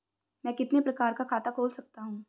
मैं कितने प्रकार का खाता खोल सकता हूँ?